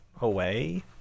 away